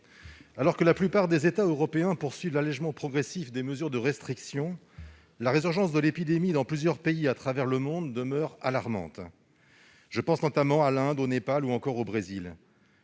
alors que la plupart des États européens poursuivent l'allégement progressif de leurs mesures de restriction, la résurgence de l'épidémie dans plusieurs pays à travers le monde demeure alarmante. Je pense notamment à l'Inde, au Népal ou encore au Brésil.